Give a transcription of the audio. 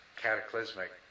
cataclysmic